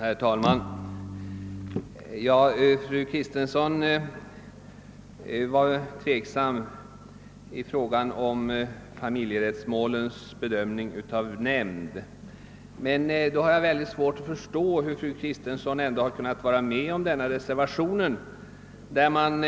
Herr talman! Fru Kristensson var tveksam, om familjerättsmålen borde bedömas av nämnd. Då har jag svårt att förstå hur fru Kristensson har kunnat vara med om den reservation som